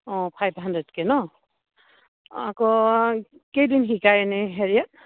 অঁ ফাইভ হাণড্ৰেডকৈ ন আকৌ কেইদিন শিকায় এনে হেৰিয়াত